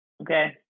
Okay